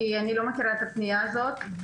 כי אני לא מכירה את הפנייה הזאת,